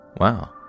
wow